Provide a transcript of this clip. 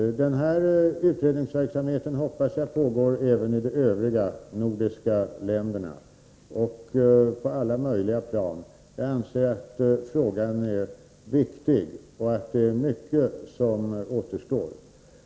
En motsvarande utredningsverksamhet hoppas jag pågår på alla möjliga plan ii de övriga nordiska länderna. Jag anser att frågan är viktig, och mycket återstår att göra.